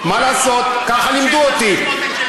מה לעשות, ככה לימדו אותי.